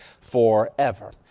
forever